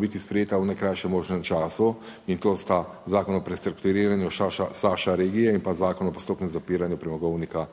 biti sprejeta v najkrajšem možnem času in to sta Zakon o prestrukturiranju Saša regije in pa Zakon o postopnem zapiranju Premogovnika Velenje.